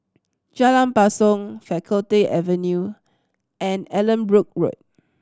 Jalan Basong Faculty Avenue and Allanbrooke Road